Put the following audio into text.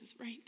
right